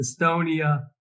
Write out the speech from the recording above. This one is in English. Estonia